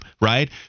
right